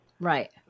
Right